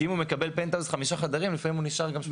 כי אם הוא מקבל פנטהאוז חמישה חדרים לפעמים הוא נשאר גם שמונה חודשים.